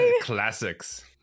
classics